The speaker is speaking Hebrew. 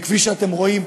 כפי שאתם רואים,